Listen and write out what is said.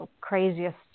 craziest